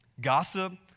Gossip